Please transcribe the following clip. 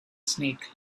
snake